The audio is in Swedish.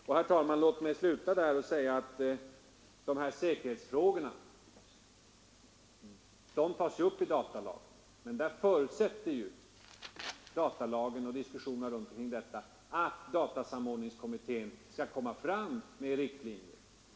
Och låt mig, herr talman, sluta med att säga att säkerhetsfrågorna tas ju upp i datalagen, men i datalagen och i diskussionerna kring allt detta förutsätts att datasamordningskommittén skall framlägga riktlinjer.